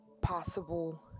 possible